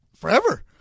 Forever